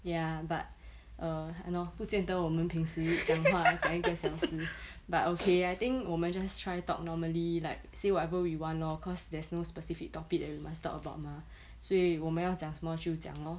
ya but err !hannor! 不见得我们平时讲话讲一个小时 but okay I think 我们 just try talk normally like say whatever we want lor cause there's no specific topic we must talk about mah 所以我们要讲什么就讲 lor